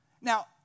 Now